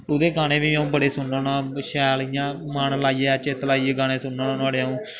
ओह्दे गाने बी अ'ऊं बड़े सुनना होन्ना शैल इ'यां मन लाइयै चित्त लाइयै गाने सुनना होन्ना नुहाड़े अ'ऊं